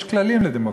יש כללים לדמוקרטיה.